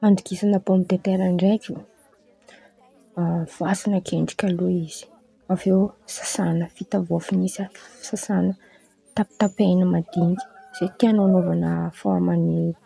Fandokisan̈a pômy de taira ndraiky, vôasan̈a ankendriky alô izy avy eo sasan̈a, vita vaôfy in̈y izy sasan̈a tapatapain̈y madiniky zen̈y tian̈ao an̈aovan̈a fôrma